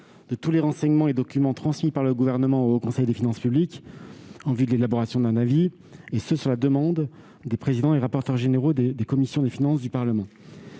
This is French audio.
de tous les documents transmis par le Gouvernement au Haut Conseil des finances publiques en vue de l'élaboration d'un avis, sur la demande des présidents et rapporteurs généraux des commissions des finances du Parlement.